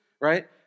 right